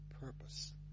purpose